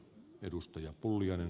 arvoisa puhemies